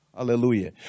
Hallelujah